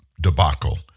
debacle